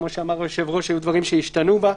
כמו שאמר היושב-ראש, היו דברים שהשתנו בה.